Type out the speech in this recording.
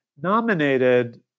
nominated